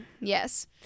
Yes